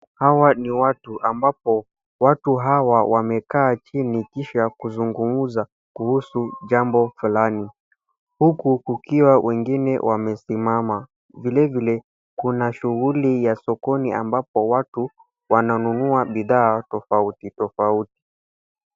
Hawa ni watu ambapo watu hawa wamekaa chini kisha kuzungumza kuhusu jambo fulani huku kukiwa wangine wamesimama vile vile kuna shughuli ya sokoni ambapo watu wananunua bidhaa tofauti tofauti.